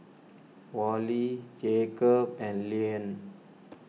Wally Jacob and Leann